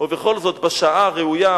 בשעה הראויה,